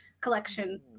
collection